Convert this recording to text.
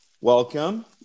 Welcome